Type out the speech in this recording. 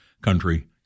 country